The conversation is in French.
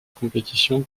compétition